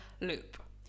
loop